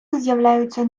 з’являються